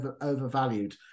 overvalued